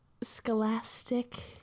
scholastic